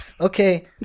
Okay